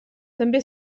també